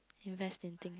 invest in thing